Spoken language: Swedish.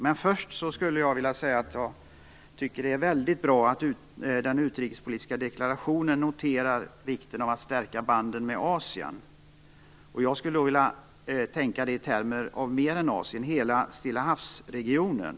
Men först vill jag säga att det är väldigt bra att man i den utrikespolitiska deklarationen noterar vikten av att stärka banden med Asien. Jag skulle då vilja se att det omfattade mer än Asien, nämligen hela Stillahavsregionen.